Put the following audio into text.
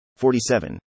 47